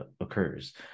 occurs